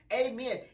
Amen